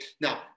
Now